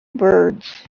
birds